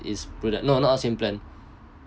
it's project no no not saving plan